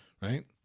Right